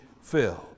filled